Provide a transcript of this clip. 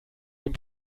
dem